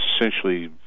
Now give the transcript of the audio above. essentially